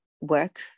work